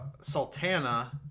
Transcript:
Sultana